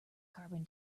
carbon